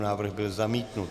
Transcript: Návrh byl zamítnut.